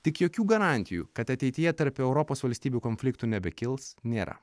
tik jokių garantijų kad ateityje tarp europos valstybių konfliktų nebekils nėra